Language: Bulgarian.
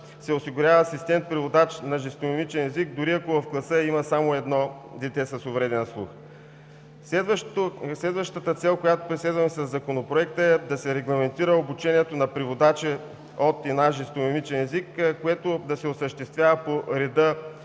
се осигурява асистент-преводач на жестомимичен език, дори ако в класа има само едно дете с увреден слух. Следващата цел, която преследваме със Законопроекта, е да се регламентира обучението на преводача от и на жестомимичен език, което да се осъществява по реда